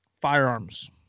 firearms